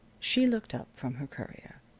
she looked up from her courier.